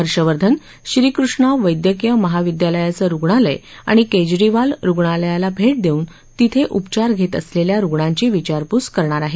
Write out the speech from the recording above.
हर्षवर्धन श्रीकृष्णा वैद्यकीय महाविद्यालयाचं रुग्णालय आणि केजरीवाल रुग्णालयाला भेट देवून तिथे उपचार घेत असलेल्या रुग्णांची विचारपूस करणार आहेत